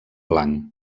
blanc